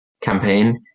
campaign